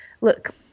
Look